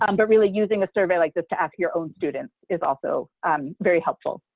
um but really using a survey like this to ask your own students is also very helpful.